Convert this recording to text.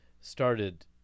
started